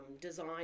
design